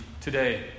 today